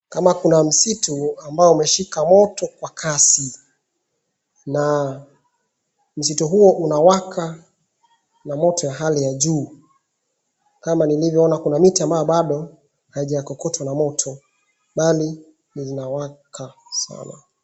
Kama kuna msitu ambao umeshika moto kwa kasi na msitu huo unawaka na moto ya hali ya juu. Kama nilivyoona kuna miti ambayo bado haijakokotwa na moto mbali linawaka sana.